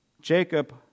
Jacob